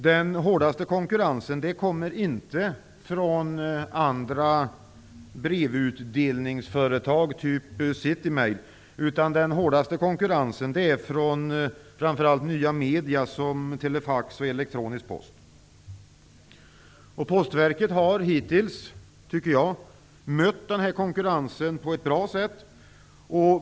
Den hårdaste konkurrensen kommer inte från andra brevutdelningsföretag, typ City Mail, utan framför allt från nya media som telefax och elektronisk post. Postverket har hittills mött denna konkurrens på ett bra sätt.